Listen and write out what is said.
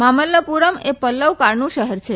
મમલ્લપુરમ એ પલ્લવ કાળનું શહેર છે